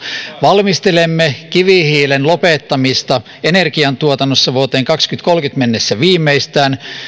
valmistelemme kivihiilen lopettamista energiantuotannossa viimeistään vuoteen kaksituhattakolmekymmentä mennessä